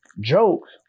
jokes